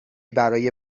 برای